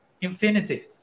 infinity